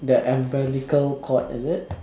the umbilical cord is it